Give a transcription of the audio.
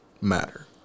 matter